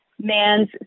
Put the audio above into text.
man's